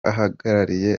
ahagarariye